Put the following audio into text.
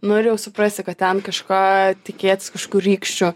nu ir jau suprasi kad ten kažką tikėtis kažkokių rykščių